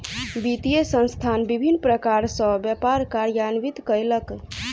वित्तीय संस्थान विभिन्न प्रकार सॅ व्यापार कार्यान्वित कयलक